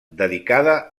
dedicada